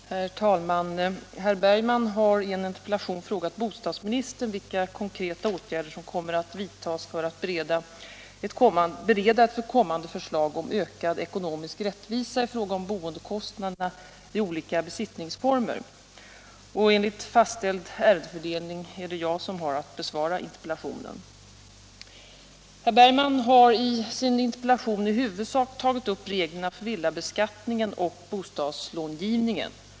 Herr talman! Herr Bergman har i en interpellation frågat bostadsministern vilka konkreta åtgärder som kommer att vidtas för att bereda ett kommande förslag om ökad ekonomisk rättvisa i fråga om boendekostnaderna vid olika besittningsformer. Enligt fastställd ärendefördelning är det jag som har att besvara interpellationen. Herr Bergman har i sin interpellation i huvudsak tagit upp reglerna för villabeskattningen och bostadslångivningen.